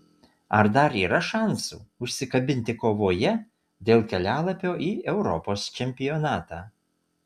ar dar yra šansų užsikabinti kovoje dėl kelialapio į europos čempionatą